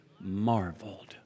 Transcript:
marveled